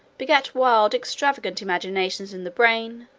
begat wild extravagant imaginations in the brain,